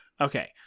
okay